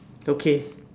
okay